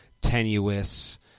tenuous